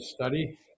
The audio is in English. study